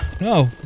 no